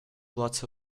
lots